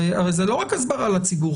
הרי זה לא רק הסברה לציבור,